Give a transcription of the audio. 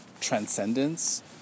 transcendence